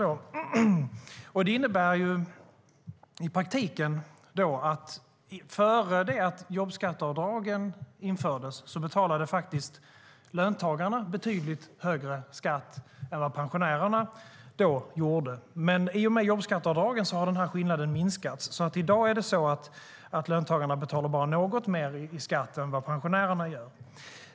I praktiken innebär det här att innan jobbskatteavdragen infördes betalade löntagarna betydligt högre skatt än vad pensionärerna gjorde, men i och med jobbskatteavdragen har skillnaden minskat. I dag betalar löntagarna bara något mer i skatt än pensionärerna.